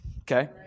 okay